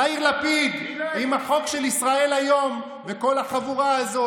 יאיר לפיד עם החוק של ישראל היום וכל החבורה הזאת